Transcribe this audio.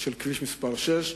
של כביש מס' 6,